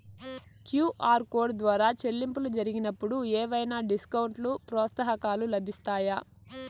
QR code ద్వారా చెల్లింపులు జరిగినప్పుడు ఏవైనా డిస్కౌంట్ లు, ప్రోత్సాహకాలు లభిస్తాయా?